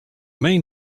main